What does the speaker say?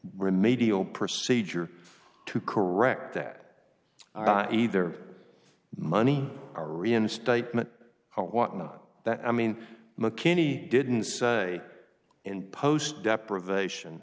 remedial procedure to correct that either money or reinstatement i want not that i mean mckinney didn't say in post deprivation